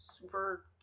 Super